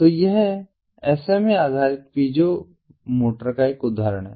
तो यह SMA आधारित पीजो मोटर का एक उदाहरण है